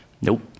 Nope